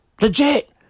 Legit